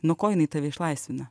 nuo ko jinai tave išlaisvina